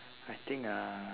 I think uh